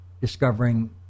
discovering